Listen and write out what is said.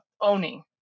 owning